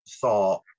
thought